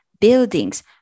buildings